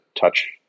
touch